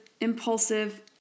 impulsive